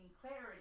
Clarity